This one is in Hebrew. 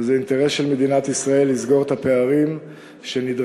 וזה אינטרס של מדינת ישראל לסגור את הפערים שנדרשים,